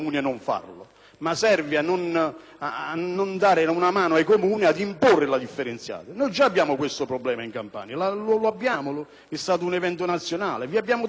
ma serve a non dare una mano ai Comuni ad imporre la raccolta differenziata. Già abbiamo questo problema in Campania; è stato un evento nazionale. Vi abbiamo detto che